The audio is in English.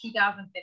2015